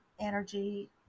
energy